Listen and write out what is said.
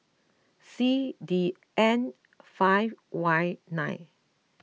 C D N five Y nine